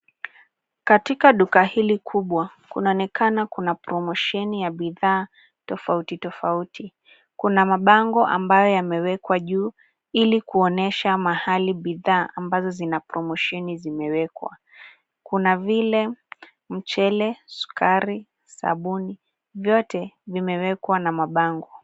Katika duka hili kubwa kunaonekana kuna promosheni ya bidhaa tofauti tofauti. Kuna mabango ambayo yamewekwa juu ili kuonyesha mahali bidhaa ambazo zina promosheni zimewekwa. Kuna vile mchele, sukari, sabuni; vyote vimewekwa na mabango.